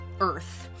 earth